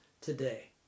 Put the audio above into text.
today